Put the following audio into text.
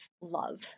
love